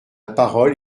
parole